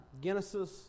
Genesis